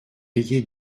rayé